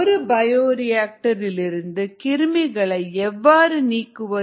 ஒரு பயோரியாக்டர் இலிருந்து கிருமிகளை எவ்வாறு நீக்குவது